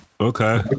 Okay